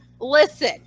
Listen